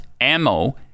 ammo